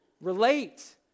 Relate